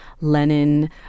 Lenin